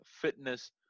fitness